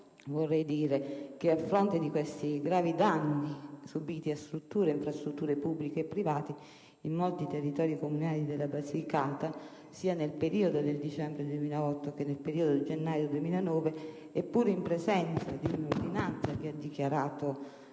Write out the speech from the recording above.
conclusione, a fronte dei gravi danni subiti da strutture e infrastrutture pubbliche e private in molti territori comunali della Basilicata, nel periodo che va da dicembre 2008 a gennaio 2009, e pur in presenza di un'ordinanza che ha dichiarato